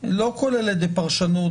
לא כוללת דה-פרשנות.